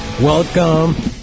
Welcome